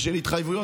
ושל התחייבויות.